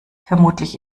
vermutlich